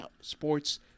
sports